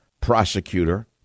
prosecutor